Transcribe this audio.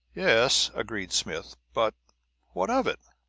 yes, agreed smith but what of it?